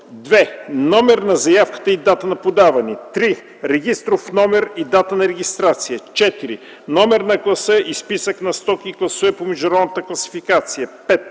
2. номер на заявката и дата на подаване; 3. регистров номер и дата на регистрация; 4. номер на класа и списък на стоки и класове по Международната класификация; 5.